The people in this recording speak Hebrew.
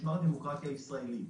של משמר הדמוקרטיה הישראלי,